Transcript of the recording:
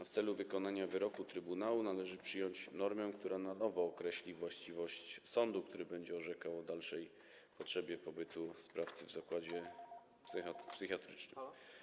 W celu wykonania wyroku trybunału należy przyjąć normę, która na nowo określi właściwość sądu, który będzie orzekał o dalszej potrzebie pobytu sprawcy w zakładzie psychiatrycznym.